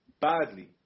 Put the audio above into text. badly